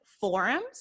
forums